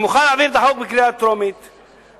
אני מוכן להעביר את החוק בקריאה טרומית ולהמתין.